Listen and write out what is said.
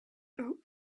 oat